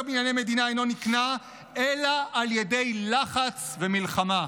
בענייני מדינה אינו נקנה אלא על ידי לחץ ומלחמה.